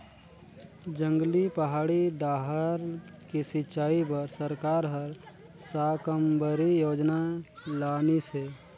जंगली, पहाड़ी डाहर के सिंचई बर सरकार हर साकम्बरी योजना लानिस हे